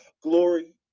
glory